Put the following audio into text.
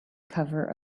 cover